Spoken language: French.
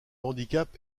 handicap